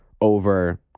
over